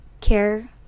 care